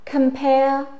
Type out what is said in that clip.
Compare